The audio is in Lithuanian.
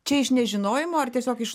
čia iš nežinojimo ar tiesiog iš